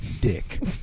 Dick